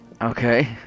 Okay